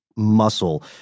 Muscle